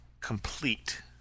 complete